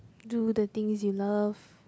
do the things you love